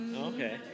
Okay